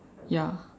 ya